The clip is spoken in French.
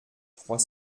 trois